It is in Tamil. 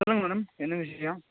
சொல்லுங்கள் மேடம் என்ன விஷயம்